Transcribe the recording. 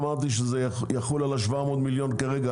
אמרתי שזה יחול על ה-700 מיליון כרגע,